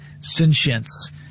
sentience